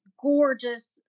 gorgeous